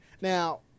Now